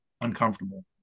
uncomfortable